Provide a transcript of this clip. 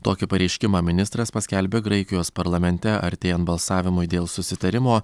tokį pareiškimą ministras paskelbė graikijos parlamente artėjant balsavimui dėl susitarimo